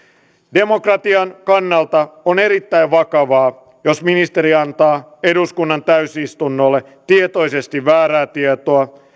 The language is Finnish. demokratian kannalta on erittäin vakavaa jos ministeri antaa eduskunnan täysistunnolle tietoisesti väärää tietoa